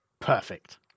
Perfect